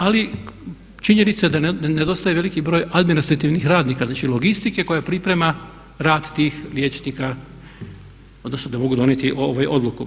Ali činjenica je da nedostaje veliki broj administrativnih radnika, znači logistike koja priprema rad tih liječnika odnosno da mogu donijeti odluku.